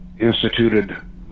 instituted